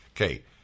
Okay